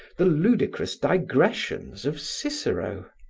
the ludicrous digressions of cicero.